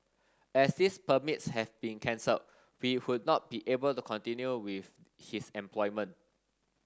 as these permits have been cancelled we would not be able to continue with his employment